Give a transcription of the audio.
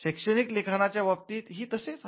शैक्षणिक लिखाणाच्या बाबतीत ही तसेच आहे